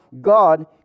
God